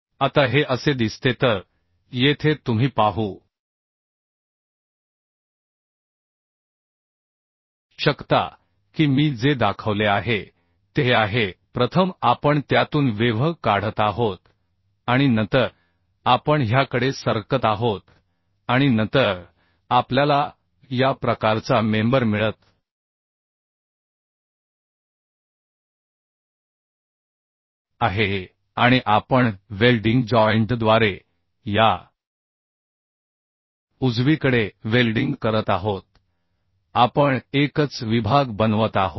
आता हे असे दिसते तर येथे तुम्ही पाहू शकता की मी जे दाखवले आहे ते हे आहे प्रथम आपण त्यातून वेव्ह काढत आहोत आणि नंतर आपण ह्याकडे सरकत आहोत आणि नंतर आपल्याला या प्रकारचा मेंबर मिळत आहे आणि आपण वेल्डिंग जॉइंटद्वारे या उजवीकडे वेल्डिंग करत आहोत आपण एकच विभाग बनवत आहोत